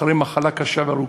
אחרי מחלה קשה וארוכה,